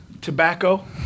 tobacco